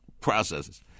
processes